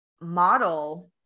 model